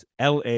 la